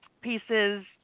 pieces